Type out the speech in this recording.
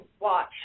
watch